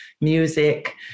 music